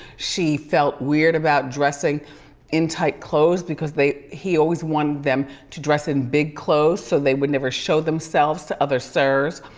she felt weird about dressing in tight clothes, because he always wanted them to dress in big clothes, so they would never show themselves to other sirs.